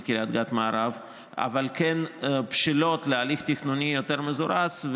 קריית גת מערב אבל כן בשלות להליך תכנוני יותר מזורז,